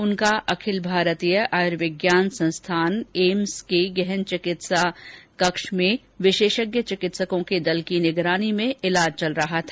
उनका अखिल भारतीय आयुर्विज्ञान संस्थान एम्स के गहन चिकित्सा कक्ष में विशेषज्ञ चिकित्सकों के दल की निगरानी में इलाज चल रहा था